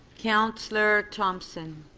councillor thompson?